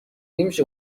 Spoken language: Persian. نمیشه